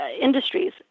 industries